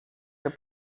your